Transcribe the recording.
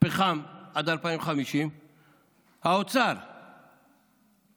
חממה עד 2050. נכון?